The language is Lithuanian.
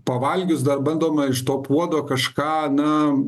pavalgius dar bandoma iš to puodo kažką na